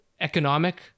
economic